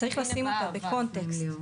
צריך לשים אותה --- אבל, הנה, אבל.